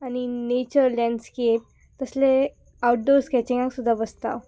आनी nature landscape तसले outdoor स्कॅचिंगाक सुद्दां बसता